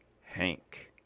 Hank